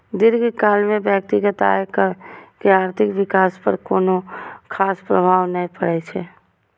दीर्घकाल मे व्यक्तिगत आयकर के आर्थिक विकास पर कोनो खास प्रभाव नै पड़ै छै